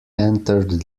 entered